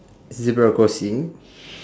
zebra crossing